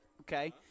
okay